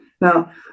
Now